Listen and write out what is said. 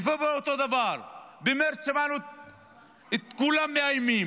בפברואר, אותו דבר, במרץ שמענו את כולם מאיימים.